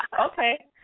Okay